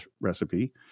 recipe